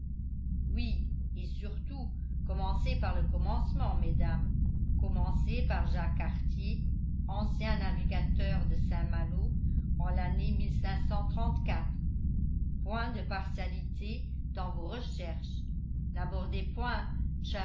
oui et surtout commencez par le commencement mesdames commencez par jacques cartier ancien navigateur de saint-malo en lannée point de partialité dans vos recherches n'abordez point